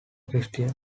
christian